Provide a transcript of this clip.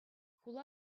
хула